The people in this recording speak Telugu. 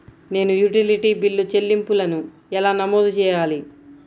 నేను యుటిలిటీ బిల్లు చెల్లింపులను ఎలా నమోదు చేయాలి?